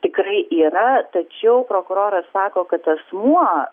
tikrai yra tačiau prokuroras sako kad asmuo